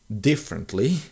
differently